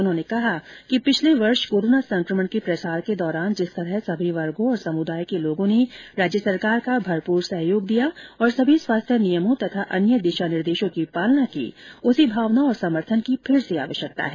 उन्होंने कहा कि पिछले वर्ष कोरोना संक्रमण के प्रसार के दौरान जिस तरह सभी वर्गों और समुदायों के लोगों ने राज्य सरकार का भरपूर सहयोग दिया और सभी स्वास्थ्य नियमों तथा अन्य दिशा निर्देशों की पालना की उसी भावना और समर्थन की फिर से आवश्यकता है